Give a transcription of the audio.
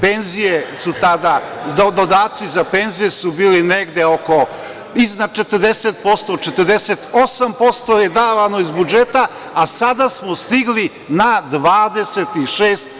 Penzije su tada, dodaci za penzije su bili negde iznad 40%, 48% je davano iz budžeta, a sada smo stigli na 26%